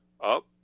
up